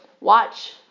watch